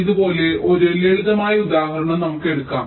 ഇതുപോലുള്ള ഒരു ലളിതമായ ഉദാഹരണം നമുക്ക് എടുക്കാം